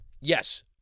yes